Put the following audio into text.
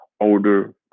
older